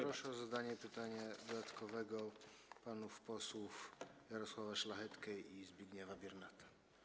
Proszę o zadanie pytania dodatkowego panów posłów Jarosława Szlachetkę i Zbigniewa Biernata.